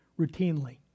routinely